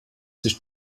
sich